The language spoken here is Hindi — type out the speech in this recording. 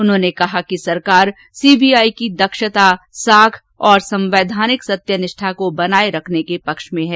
उन्होंने कहा कि सरकार सीबीआई की दक्षता साख और संवैधानिक सत्यनिष्ठा को बनाए रखने के पक्ष में है